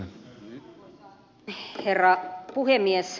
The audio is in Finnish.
arvoisa herra puhemies